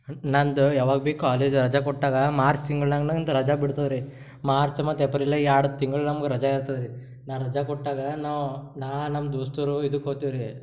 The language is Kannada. ನನ್ನದು ಯಾವಾಗ ಭೀ ಕಾಲೇಜ್ ರಜೆ ಕೊಟ್ಟಾಗ ಮಾರ್ಚ್ ತಿಂಗಳ್ನಾಗ ನಂದು ರಜೆ ಬಿಡ್ತದೆ ರೀ ಮಾರ್ಚ್ ಮತ್ತು ಏಪ್ರಿಲ ಎರಡು ತಿಂಗಳು ನಮ್ಗೆ ರಜೆ ಇರ್ತದೆ ರಿ ನಾ ರಜೆ ಕೊಟ್ಟಾಗ ನಾವು ನಾ ನಮ್ಮ ದೋಸ್ತರು ಇದಕ್ ಹೋಗ್ತಿವ್ ರೀ